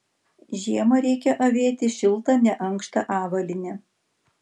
žiemą reikia avėti šiltą neankštą avalynę